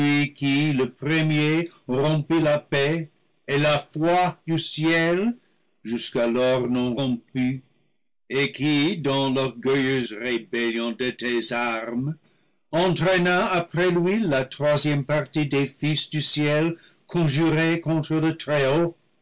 le premier rompit la paix et la foi du ciel jusqu'alors non rompues et qui dans l'orgueilleuse rébellion de les armes entraîna après lui la troisième partie des fils du ciel conjurés contre le très-haut